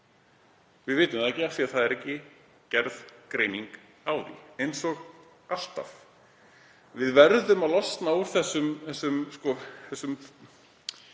Við vitum það ekki af því að það er ekki gerð greining á því, eins og alltaf. Við verðum að losna úr þessari hefð.